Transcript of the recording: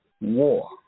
War